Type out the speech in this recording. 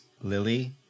Lily